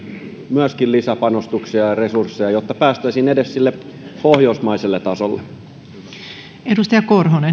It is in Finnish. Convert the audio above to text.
myöskin lisäpanostuksia ja resursseja jotta päästäisiin edes sille pohjoismaiselle tasolle